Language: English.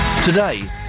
Today